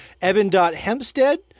Evan.Hempstead